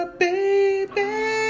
baby